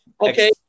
Okay